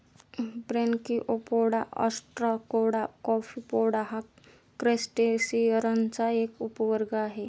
Branchiopoda, ostracoda, copepoda हा क्रस्टेसिअन्सचा एक उपवर्ग आहे